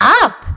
up